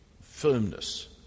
firmness